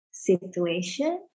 situation